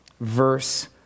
verse